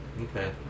Okay